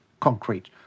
concrete